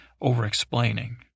over-explaining